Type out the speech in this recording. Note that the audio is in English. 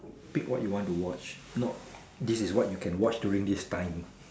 pick what you want to watch not this is what you can watch during this time